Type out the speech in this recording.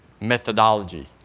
methodology